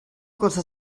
cosa